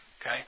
okay